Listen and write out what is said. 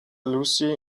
lucy